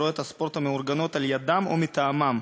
בתחרויות הספורט המאורגנות על-ידם או מטעמם.